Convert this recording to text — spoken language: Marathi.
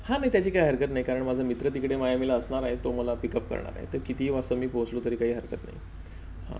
हा नाही त्याची काय हरकत नाही कारण माझा मित्र तिकडे मायामीला असणार आहे तो मला पिकअप करणार आहे तर कितीही वाजता मी पोहोचलो तरी काही हरकत नाही हां